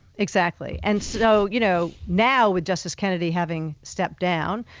exactly, and so, you know, now with justice kennedy having stepped down,